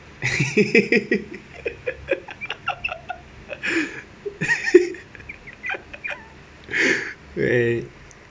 great